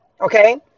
okay